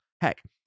Heck